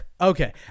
Okay